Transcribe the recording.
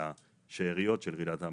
אלא שאריות של רעידת אדמה.